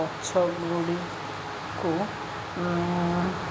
ଗଛ ଗୁଡ଼ିକୁ